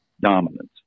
dominance